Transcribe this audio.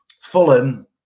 Fulham